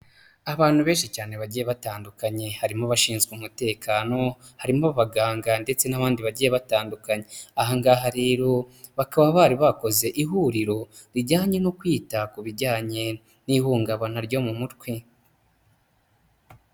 Abantu benshi cyane bagiye batandukanye, harimo abashinzwe umutekano, harimo abaganga ndetse n'abandi bagiye batandukanye, aha ngaha rero bakaba bari bakoze ihuriro rijyanye no kwita ku bijyanye n'ihungabana ryo mu mutwe.